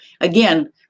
again